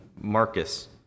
Marcus